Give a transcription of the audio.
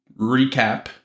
recap